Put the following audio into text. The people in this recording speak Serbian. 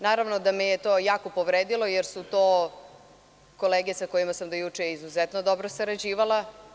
Naravno da me je to jako povredilo, jer su to kolege sa kojima sam do juče izuzetno dobro sarađivala.